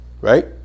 Right